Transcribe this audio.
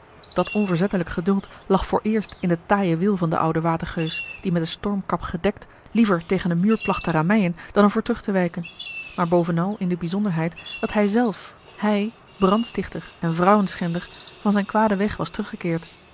dat onverzettelijk geduld lag vooreerst in den taaien wil van den ouden watergeus die met den stormkap gedekt liever tegen een muur placht te rammeien dan er voor terug te wijken maar bovenal in de bijzonderheid dat hij zelf hij brandstichter en vrouwenschender van zijn kwaden weg was teruggekeerd